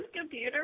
computer